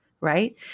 right